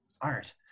art